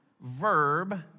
verb